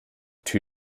two